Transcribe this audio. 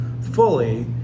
fully